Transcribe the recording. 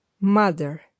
Mother